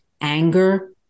anger